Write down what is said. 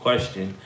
Question